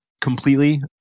completely